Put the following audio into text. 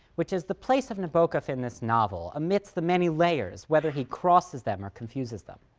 which is the place of nabokov in this novel amidst the many layers, whether he crosses them or confuses them.